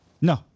No